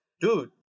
dude